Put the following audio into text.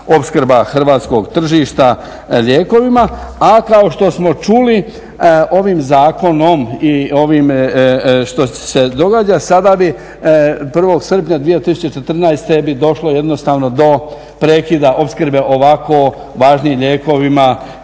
hrvatskog tržišta lijekovima. A kao što smo čuli ovim zakonom sada bi 1.srpnja 2014.bi došlo jednostavno do prekida opskrbe ovako važnim lijekovima